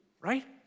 Right